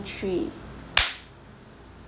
three